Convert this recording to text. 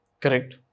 Correct